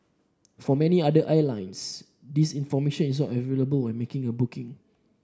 for many other airlines this information is not available when making a booking